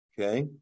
Okay